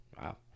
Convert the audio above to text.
wow